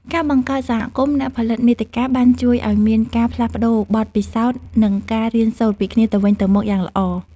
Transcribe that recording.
ការបង្កើតសហគមន៍អ្នកផលិតមាតិកាបានជួយឱ្យមានការផ្លាស់ប្តូរបទពិសោធន៍និងការរៀនសូត្រពីគ្នាទៅវិញទៅមកយ៉ាងល្អ។